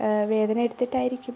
വേദന എടുത്തിട്ടായിരിക്കും